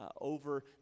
over